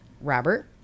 robert